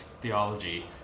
theology